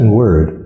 word